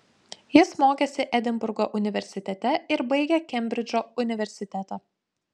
jis mokėsi edinburgo universitete ir baigė kembridžo universitetą